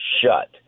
shut